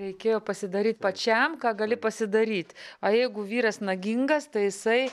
reikėjo pasidaryt pačiam ką gali pasidaryt o jeigu vyras nagingas tai jisai